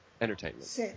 entertainment